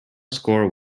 score